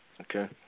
Okay